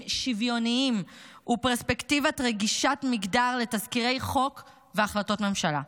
שוויוניים ופרספקטיבה רגישת-מגדר לתסקירי חוק והחלטות ממשלה.